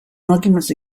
arguments